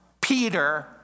Peter